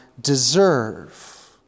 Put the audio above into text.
deserve